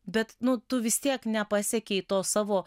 bet nu tu vis tiek nepasiekei tos savo